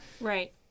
Right